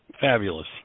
fabulous